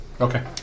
Okay